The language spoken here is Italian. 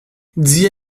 zia